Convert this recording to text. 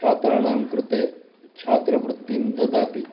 छात्राणां कृते छात्रवृत्तिं ददाति